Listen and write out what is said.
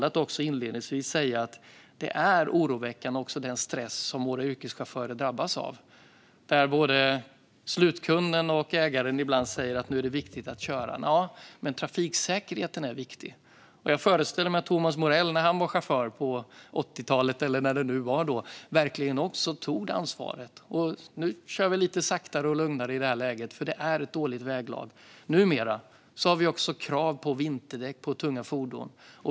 Det var därför jag inledningsvis valde att säga att den stress som våra yrkeschaufförer drabbas av är oroväckande. Ibland säger både slutkunden och ägaren att nu är det viktigt att köra, men trafiksäkerheten är viktig. Jag föreställer mig att när Thomas Morell var chaufför på 80-talet, eller när det nu var, tog han också verkligen ansvar och körde lite lugnare när det var dåligt väglag. Numera har vi också krav på vinterdäck på tunga fordon.